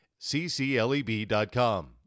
ccleb.com